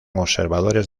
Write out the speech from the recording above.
observadores